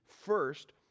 First